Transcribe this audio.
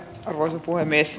arvoisa puhemies